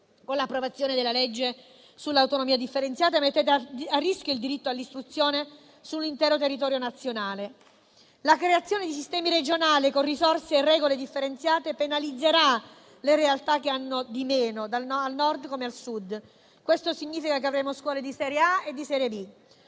con l'approvazione della legge sull'autonomia differenziata mettete a rischio il diritto all'istruzione sull'intero territorio nazionale. La creazione di sistemi regionali con risorse e regole differenziate penalizzerà le realtà che hanno di meno, al Nord come al Sud. Questo significa che avremo scuole di serie A e di serie B.